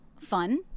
fun